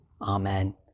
Amen